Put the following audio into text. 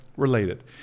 related